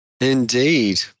Indeed